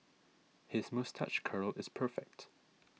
his moustache curl is perfect